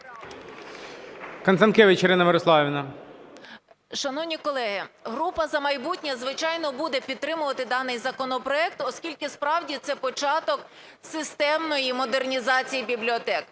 Шановні колеги, група "За майбутнє", звичайно, буде підтримувати даний законопроект, оскільки справді це початок системної модернізації бібліотек.